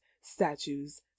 statues